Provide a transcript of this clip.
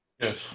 Yes